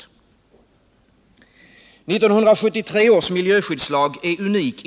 I två viktiga avseenden är 1973 års miljöskyddslag unik.